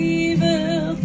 evil